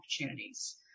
opportunities